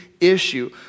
issue